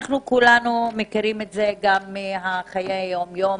אנחנו כולנו מכירים את זה מחיי היום-יום